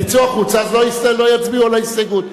תצאו החוצה אז לא יצביעו על ההסתייגות.